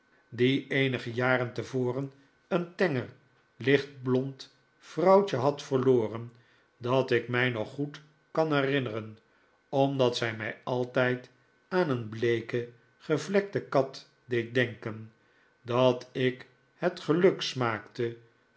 die eenige jaren tevoren een tenger lichtblond vrouwtje had verloren dat ik mij nog goed kan herinneren omdat zij mij altijd aan een bleeke gevlekte kat deed denken dat ik het geluk smaakte